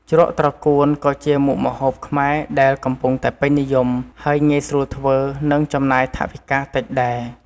ជ្រក់ត្រកួនក៏ជាមុខម្ហូបខ្មែរដែលកំពុងតែពេញនិយម ហើយងាយស្រួលធ្វើ និងចំណាយថវិកាតិចដែរ។